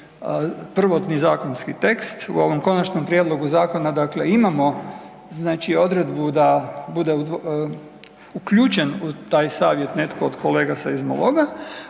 prvotni zakonski tekst, u ovom konačnom Prijedlogu zakona dakle imamo znači odredbu da bude uključen u taj savjet netko od kolega seizmologa,